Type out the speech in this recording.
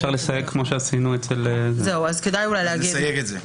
אז נסייג את זה.